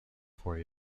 for